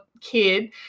kid